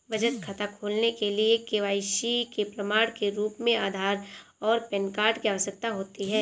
बचत खाता खोलने के लिए के.वाई.सी के प्रमाण के रूप में आधार और पैन कार्ड की आवश्यकता होती है